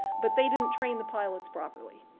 but they didn't train the pilots properly.